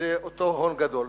לאותו הון גדול.